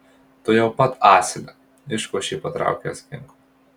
tuojau pat asile iškošė patraukęs ginklą